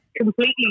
completely